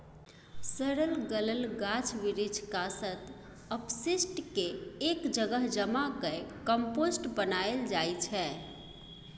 सरल गलल गाछ बिरीछ, कासत, अपशिष्ट केँ एक जगह जमा कए कंपोस्ट बनाएल जाइ छै